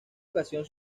ocasión